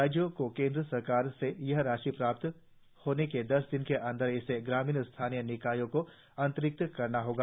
राज्यों को केंद्र सरकार से यह राशि प्राप्त होने के दस दिन के अंदर इसे ग्रामीण स्थानीय निकायों को अंतरित करना होगा